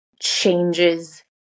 changes